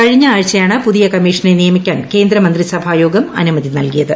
കഴിഞ്ഞ ആഴ്ചയാണ് പുതിയ ് കമ്മീഷനെ നിയമിക്കാൻ കേന്ദ്ര മന്ത്രിസഭായോഗം അനുമതി നൽകിയത്